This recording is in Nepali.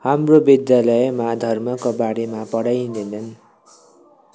हाम्रो विद्यालयमा धर्मको बारेमा पढाइदैनन्